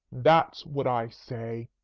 that's what i say.